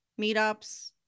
meetups